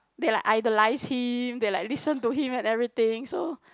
they like idolise him they're like listen to him and everything so